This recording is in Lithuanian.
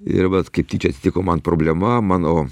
ir vat kaip tyčia atsitiko man problema manau